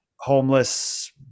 Homeless